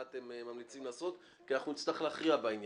מה אתם מציעים לעשות כי אנחנו נצטרך להכריע בעניין.